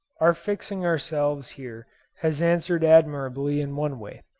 our fixing ourselves here has answered admirably in one way,